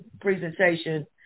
presentation